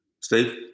Steve